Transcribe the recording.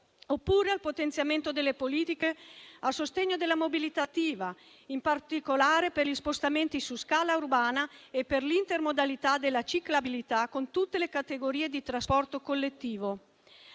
oppure al potenziamento delle politiche a sostegno della mobilità attiva, in particolare per gli spostamenti su scala urbana e per l'intermodalità della ciclabilità con tutte le categorie di trasporto collettivo,